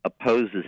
opposes